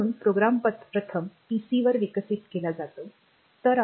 म्हणून प्रोग्राम प्रथम पीसी वर विकसित केला जातो